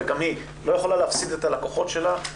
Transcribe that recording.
וגם היא לא יכולה להפסיד את הלקחות שלה.